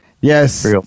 Yes